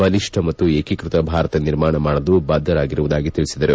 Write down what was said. ಬಲಿಷ್ಠ ಮತ್ತು ಏಕೀಕೃತ ಭಾರತ ನಿರ್ಮಾಣ ಮಾಡಲು ಬದ್ದರಾಗಿರುವುದಾಗಿ ತಿಳಿಸಿದರು